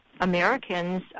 Americans